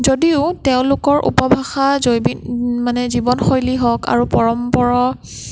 যদিও তেওঁলোকৰ উপভাষা মানে জীৱনশৈলী হওক আৰু পৰম্পৰা